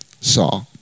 saw